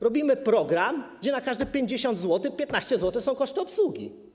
Robimy program, gdzie na każde 50 zł 15 zł to są koszty obsługi.